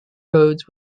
roads